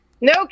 no